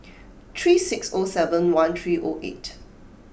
three six O seven one three O eight